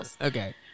Okay